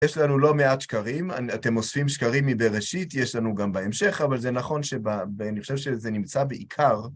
יש לנו לא מעט שקרים, אתם אוספים שקרים מבראשית, יש לנו גם בהמשך, אני חושב שזה נמצא בעיקר.